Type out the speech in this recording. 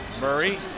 Murray